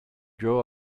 grow